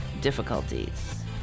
difficulties